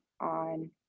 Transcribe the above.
on